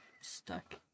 stuck